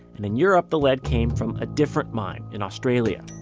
and in europe, the lead came from a different mine in australia.